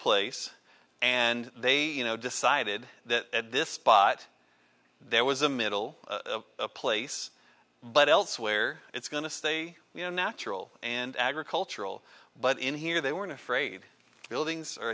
place and they you know decided that this spot there was a middle place but elsewhere it's going to stay you know natural and agricultural but in here they weren't afraid buildings are